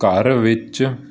ਘਰ ਵਿੱਚ